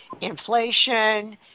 inflation